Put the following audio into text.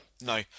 No